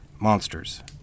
Monsters